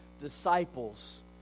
disciples